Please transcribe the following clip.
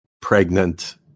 pregnant